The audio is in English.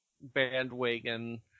bandwagon